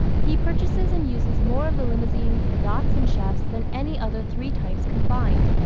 he purchases and uses more of the limousines, yachts and chefs than any other three types combined,